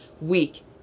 week